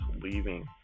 leaving